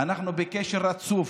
אנחנו בקשר רצוף,